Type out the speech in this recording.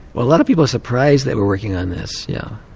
a lot of people are surprised that we're working on this, yeah